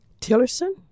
Tillerson